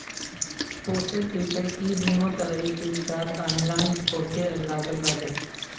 postpaid prepaid इ दूनो तरही के रिचार्ज ऑनलाइन होखे लागल बाटे